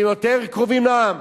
יותר קרובים לעם.